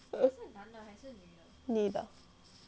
女的